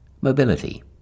Mobility